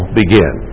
begin